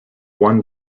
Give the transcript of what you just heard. one